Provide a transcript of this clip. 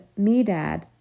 Medad